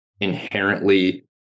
inherently